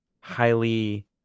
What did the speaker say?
highly